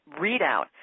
readout